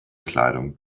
kleidung